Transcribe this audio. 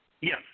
Yes